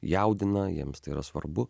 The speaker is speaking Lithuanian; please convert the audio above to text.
jaudina jiems tai yra svarbu